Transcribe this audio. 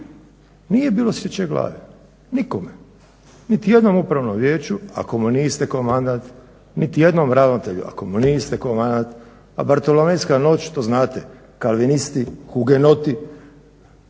nije bilo sječe glave nikome, niti jednom upravnom vijeću ako mu nije istekao mandat, niti jednom ravnatelju ako mu nije istekao mandat, a bartolomejska noć to znate, kalvinisti, hugenoti